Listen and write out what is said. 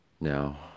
Now